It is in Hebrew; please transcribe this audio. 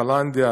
קלנדיה,